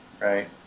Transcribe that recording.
right